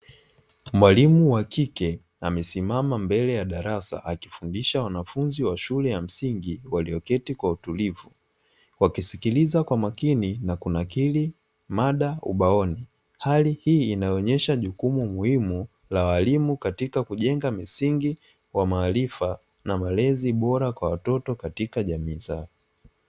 Mwalimu wa kike amesimama mbele ya darasa, akifundisha wanafunzi wa shule ya msingi walioketi kwa utulivu, wakisikiliza kwa makini na kunakili mada ubaoni, hali hii inaonyesha jukumu muhimu la walimu katika kujenga misingi wa maarifa, na malezi bora kwa watoto katika jamii zao.